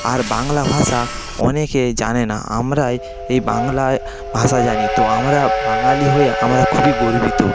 আর বাংলা ভাষা অনেকেই জানে না আমরাই এই বাংলায় ভাষা জানি তো আমরা বাঙালি হয়ে আমরা খুবই গর্বিত